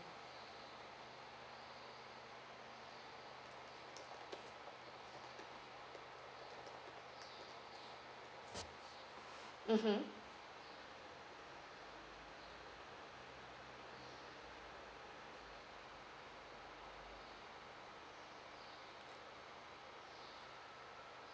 mmhmm